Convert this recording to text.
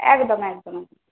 একদম একদম একদম